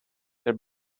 their